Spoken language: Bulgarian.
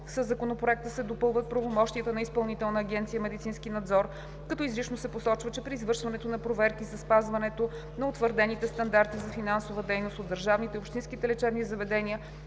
Със Законопроекта се допълват правомощията на Изпълнителна агенция „Медицински надзор“, като изрично се посочва, че при извършването на проверки за спазването на утвърдените стандарти за финансова дейност от държавните и общинските лечебни заведения